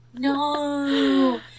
No